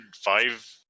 five